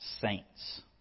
saints